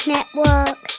Network